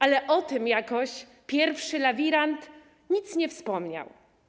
Ale o tym jakoś pierwszy lawirant nic nie wspomniał.